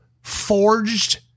forged